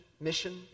mission